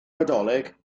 nadolig